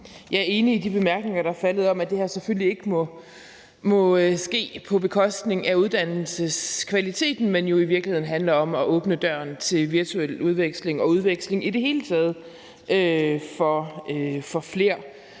Jeg er enig i de bemærkninger, der er faldet, om, at det her selvfølgelig ikke må ske på bekostning af uddannelseskvaliteten, men jo i virkeligheden handler om at åbne døren til virtuel udveksling og udveksling i det hele taget for flere.